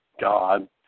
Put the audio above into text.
God